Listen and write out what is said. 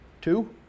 two